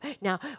Now